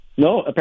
No